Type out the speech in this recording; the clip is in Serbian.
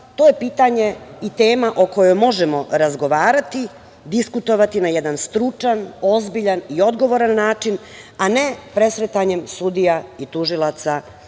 je to pitanje i tema o kojoj možemo razgovarati, diskutovati na jedan stručan, ozbiljan i odgovoran način, a ne presretanjem sudija i tužilaca